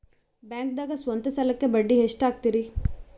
ಬ್ಯಾಂಕ್ದಾಗ ಸ್ವಂತ ಸಾಲಕ್ಕೆ ಬಡ್ಡಿ ಎಷ್ಟ್ ಹಕ್ತಾರಿ?